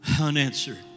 Unanswered